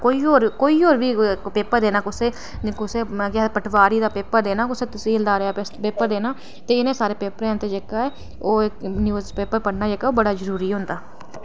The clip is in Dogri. कोई होर कोई होर बी पेपर देना कुसै कुसै अगर पटवारी दा पेपर देना कुसै तहसीलदारै दा पेपर देना ते इ'नें सारें पेपरै दा जेह्का ओह् न्यूज़ पेपर पढ़ना जेह्का जरूरी होंदा